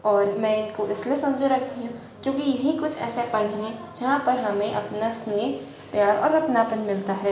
और मैं इनको इसलिए सँजोये रखती हूँ क्योंकि यही कुछ ऐसे पल है जहाँ पर हमें अपना स्नेह प्यार और अपनापन मिलता है